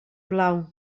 plau